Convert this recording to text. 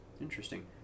Interesting